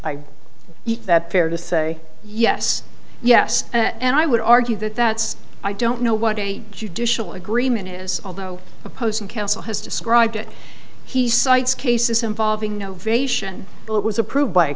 that fair to say yes yes and i would argue that that's i don't know what a judicial agreement is although opposing counsel has described it he cites cases involving no variation but was approved by